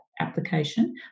application